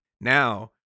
now